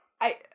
I-